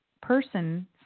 person